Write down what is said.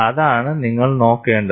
അതാണ് നിങ്ങൾ നോക്കേണ്ടത്